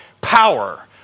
power